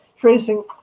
tracing